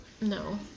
no